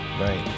Right